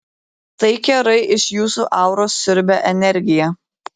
tai kerai iš jūsų auros siurbia energiją